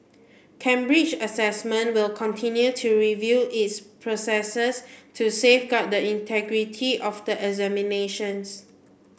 Cambridge Assessment will continue to review its processors to safeguard the integrity of the examinations